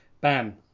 Bam